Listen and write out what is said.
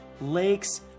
lakes